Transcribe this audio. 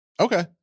Okay